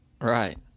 right